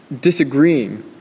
disagreeing